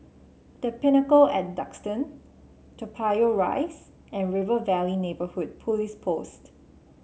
The Pinnacle ay Duxton Toa Payoh Rise and River Valley Neighbourhood Police Post